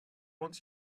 wants